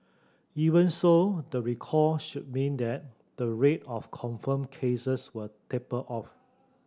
even so the recall should mean that the rate of confirmed cases will taper off